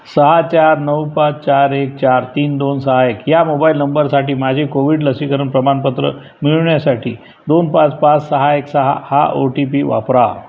सहा चार नऊ पाच चार एक चार तीन दोन सहा एक या मोबाईल नंबरसाठी माझे कोविड लसीकरण प्रमाणपत्र मिळविण्यासाठी दोन पाच पाच सहा एक सहा हा ओ टी पी वापरा